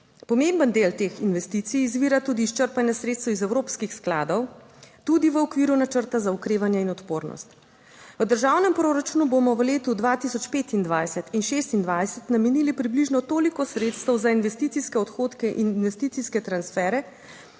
Pomemben del teh investicij izvira tudi iz črpanja sredstev iz evropskih skladov, tudi v okviru načrta za okrevanje in odpornost v državnem proračunu bomo v letu 2025 in 2026 namenili približno toliko sredstev za investicijske odhodke in investicijske transfere,